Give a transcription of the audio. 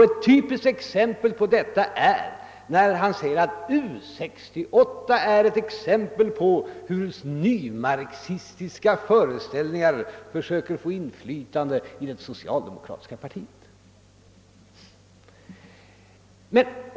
Ett typiskt exempel på detta är herr Wedéns uppfattning att U 68 är ett tecken på hur nymarxistiska föreställningar håller på att få inflytande i det socialdemokratiska partiet.